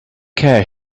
care